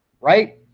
right